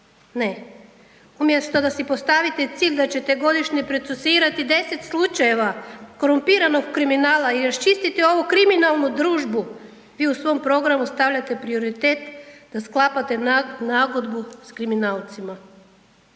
Ne, umjesto da si postavite cilj da ćete godišnje procesuirati 10 slučajeva korumpiranog kriminala i raščistiti ovu kriminalnu družbu, vi u svom programu stavljate prioritet da sklapate nagodbu sa kriminalcima.